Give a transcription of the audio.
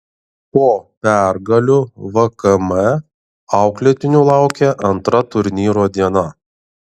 po pergalių vkm auklėtinių laukė antra turnyro diena